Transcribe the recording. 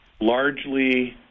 largely